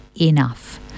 enough